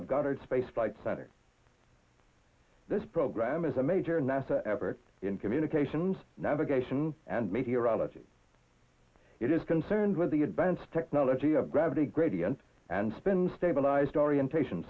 goddard space flight center this program is a major nasa effort in communications navigation and meteorology it is concerned with the advanced technology of gravity gradient and spin stabilized orientation